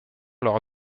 lors